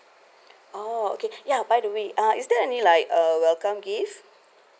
oh okay ya by the way uh is there any like a welcome gift